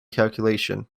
calculation